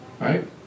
Right